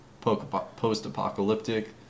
post-apocalyptic